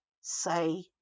say